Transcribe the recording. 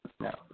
No